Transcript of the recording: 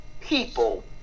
people